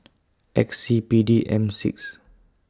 X C P D M six